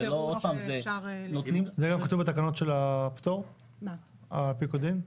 זה לא כתוב בתקנות של הפטור, על פי כל דין?